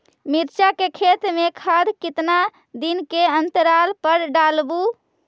मिरचा के खेत मे खाद कितना दीन के अनतराल पर डालेबु?